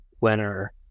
winner